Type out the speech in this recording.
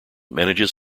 manages